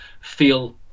feel